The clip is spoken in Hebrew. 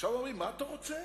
עכשיו אומרים: מה אתה רוצה,